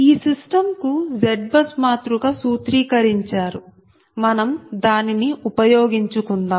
ఈ సిస్టం కు ZBUS మాతృక సూత్రీకరించారు మనం దానిని ఉపయోగించుకుందాం